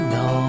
no